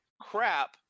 crap